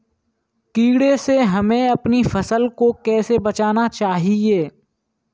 कीड़े से हमें अपनी फसल को कैसे बचाना चाहिए?